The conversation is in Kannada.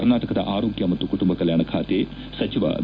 ಕರ್ನಾಟಕದ ಆರೋಗ್ಲ ಮತ್ತು ಕುಟುಂಬ ಕಲ್ಲಾಣ ಖಾತೆ ಸಚಿವ ಬಿ